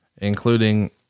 including